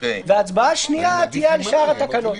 והצבעה שנייה תהיה על שאר התקנות.